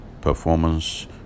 Performance